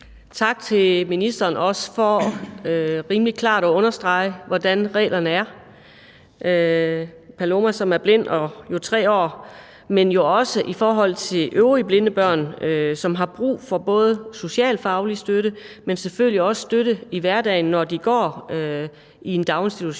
Tak til ministeren for rimelig klart at understrege, hvordan reglerne er for Paloma, som er blind og er 3 år, men jo også for øvrige blinde børn, som har brug for både socialfaglig støtte, men selvfølgelig også støtte i hverdagen, når de går i en daginstitution,